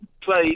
play